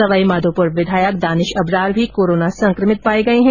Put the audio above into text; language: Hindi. सवाई माधोपुर विधायक दानिश अबरार भी कोरोना संक्रमित पाए गए हैं